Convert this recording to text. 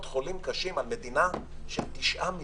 חולים קשים על מדינה של תשעה מיליון.